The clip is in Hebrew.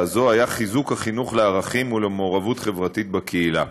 הזאת היה חיזוק החינוך לערכים ולמעורבות חברתית בקהילה.